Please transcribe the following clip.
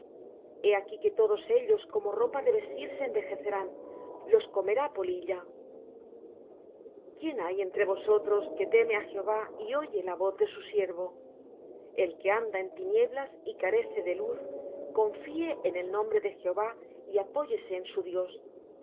he aquí que todos ellos como ropa de vestir se envejecerán los comerá polilla quién hay entre vosotros que teme á jehová y oye la voz de su siervo el que anda en tinieblas y carece de luz confíe en el nombre de jehová y apóyese en su dios